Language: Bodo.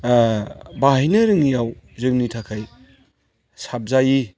बाहायनो रोङियाव जोंनि थाखाय साबजायि